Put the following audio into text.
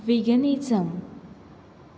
veganism